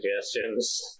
suggestions